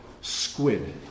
squid